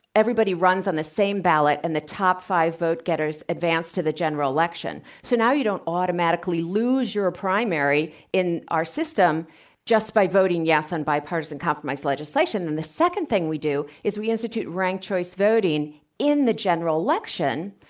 everybody runs on the same ballot and the top five vote getters advance to the general election. so now you don't automatically lose your ah primary in the in our system just by voting yes on bipartisan compromise legislation. and the second thing we do is we institute ranked choice voting in the general election.